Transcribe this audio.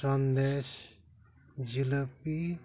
ᱥᱚᱱᱫᱮᱥ ᱡᱷᱤᱞᱟᱹᱯᱤ